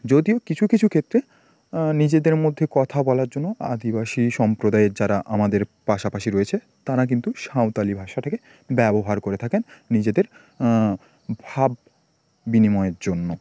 যদিও কিছু কিছু ক্ষেত্রে নিজেদের মধ্যে কথা বলার জন্য আদিবাসী সম্প্রদায়ের যারা আমাদের পাশাপাশি রয়েছে তাঁরা কিন্তু সাঁওতালি ভাষাটাকে ব্যবহার করে থাকেন নিজেদের ভাব বিনিময়ের জন্য